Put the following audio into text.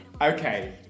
Okay